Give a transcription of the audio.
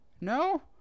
No